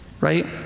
Right